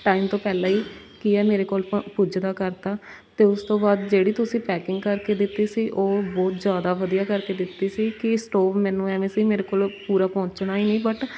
time ਤੋਂ ਪਹਿਲਾਂ ਹੀ ਕੀ ਹੈ ਮੇਰੇ ਕੋਲ ਪ ਪੁੱਜਦਾ ਕਰਤਾ ਅਤੇ ਉਸ ਤੋਂ ਬਾਅਦ ਜਿਹੜੀ ਤੁਸੀਂ ਪੈਕਿੰਗ ਕਰਕੇ ਦਿੱਤੀ ਸੀ ਉਹ ਬਹੁਤ ਜ਼ਿਆਦਾ ਵਧੀਆ ਕਰਕੇ ਦਿੱਤੀ ਸੀ ਕਿ ਸਟੋਵ ਮੈਨੂੰ ਐਵੇਂ ਸੀ ਮੇਰੇ ਕੋਲ ਪੂਰਾ ਪਹੁੰਚਣਾ ਹੀ ਨਹੀਂ ਬਟ